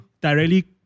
directly